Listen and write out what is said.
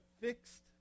fixed